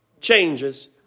changes